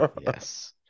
Yes